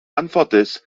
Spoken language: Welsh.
anffodus